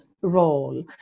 role